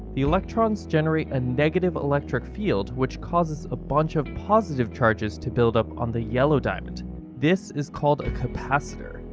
the electrons generate a negative electric field which causes a bunch of positive charges to build up on the yellow diamond this is called a capacitor.